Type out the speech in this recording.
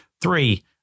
Three